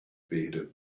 bearded